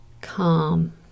calm